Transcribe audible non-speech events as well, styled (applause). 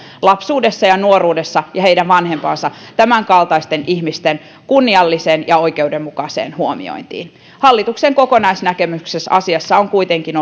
lapsuudessa ja nuoruudessa ja heidän vanhempansa etsivät vastauksia tämänkaltaisten ihmisten kunnialliseen ja oikeudenmukaiseen huomiointiin hallituksen kokonaisnäkemys asiassa on kuitenkin (unintelligible)